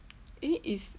eh is